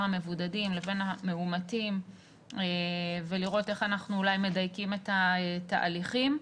המבודדים לבין המאומתים ולראות איך אנחנו אולי מדייקים את התהליכים.